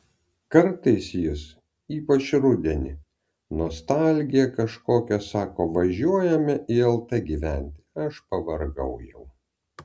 kartais jis ypač rudenį nostalgija kažkokia sako važiuojame į lt gyventi aš pavargau jau